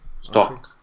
stop